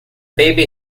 baby